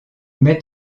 met